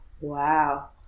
wow